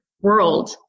world